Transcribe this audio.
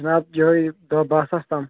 جِناب یِہوٚے دَہ بَہہ ساس تام